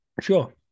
Sure